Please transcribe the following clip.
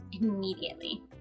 immediately